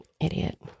idiot